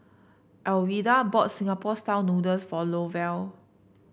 Alwilda brought Singapore style noodles for Lovell